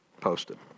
posted